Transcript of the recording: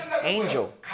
angel